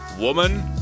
Woman